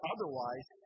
Otherwise